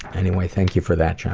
anyway, thank you for that johnny.